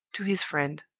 to his friend.